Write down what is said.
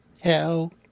Hell